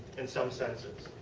in some senses.